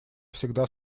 всегда